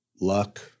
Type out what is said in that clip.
luck